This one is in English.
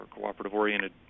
cooperative-oriented